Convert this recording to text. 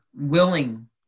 willing